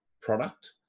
product